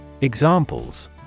Examples